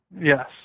Yes